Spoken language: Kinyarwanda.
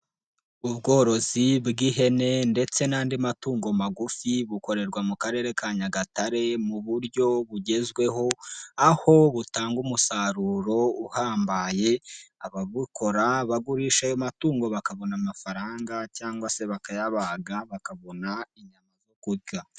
Ubworozi bw'ihene ndetse n'andi matungo magufi bukorerwa mu Karere ka Nyagatare mu buryo bugezweho, aho butanga umusaruro uhambaye, ababukora bagurisha ayo matungo bakabona amafaranga cyangwa se bakayabaga bakabona inyama zo kurya.